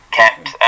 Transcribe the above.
kept